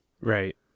Right